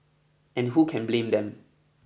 and who can blame them